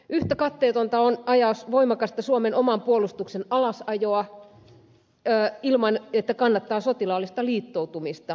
yhtä katteetonta on ajaa suomen oman puolustuksen voimakasta alasajoa ilman että kannattaa sotilaallista liittoutumista